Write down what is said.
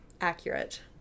Accurate